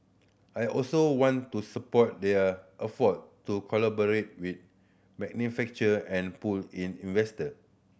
I also want to support their to collaborate with manufacturer and pull in investor